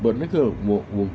but 那个我我